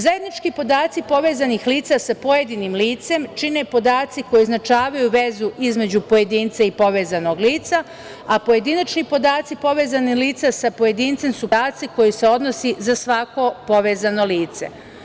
Zajednički podaci povezanih lica sa povezanim licem čine podaci koji označavaju vezu između pojedinca i povezanog lica, a pojedinačni podaci povezanih lica sa pojedincem su podaci koji se odnose za svako povezano lice.